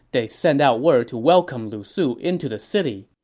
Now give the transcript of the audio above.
they sent out word to welcome lu su into the city.